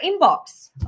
inbox